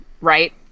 right